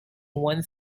one